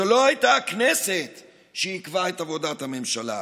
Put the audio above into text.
זו לא הייתה הכנסת שעיכבה את עבודת הממשלה,